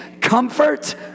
comfort